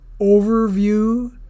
overview